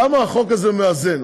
למה החוק הזה מאזן?